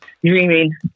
dreaming